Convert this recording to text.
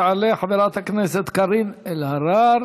תעלה חברת הכנסת קארין אלהרר,